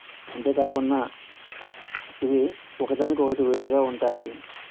అంతేకాకుండా ఇవి ఒకదానికొకటి వేరుగా ఉంటాయి